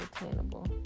attainable